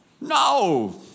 No